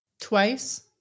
Twice